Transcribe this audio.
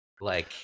Like-